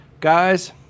Guys